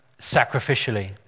sacrificially